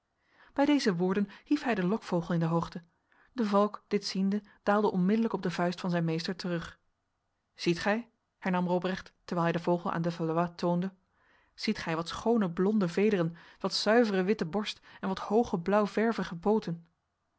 bij deze woorden hief hij de lokvogel in de hoogte de valk dit ziende daalde onmiddellijk op de vuist van zijn meester terug ziet gij hernam robrecht terwijl hij de vogel aan de valois toonde ziet gij wat schone blonde vederen wat zuivere witte borst en wat hoge